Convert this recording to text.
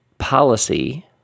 Policy